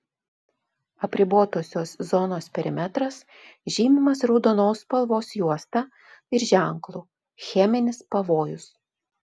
apribotosios zonos perimetras žymimas raudonos spalvos juosta ir ženklu cheminis pavojus